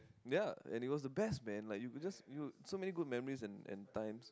ya and it was the best man like you just you so many good memories and and times